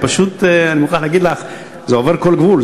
פשוט אני מוכרח להגיד לך: זה עובר כל גבול.